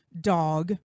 dog